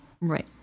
Right